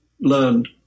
learned